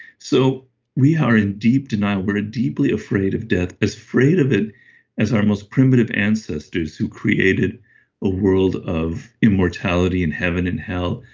so we are in deep denial, we're ah deeply afraid of death. as afraid of it as our most primitive ancestors who created a world of immortality and heaven and hell.